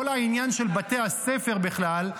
כל העניין של בתי הספר בכלל,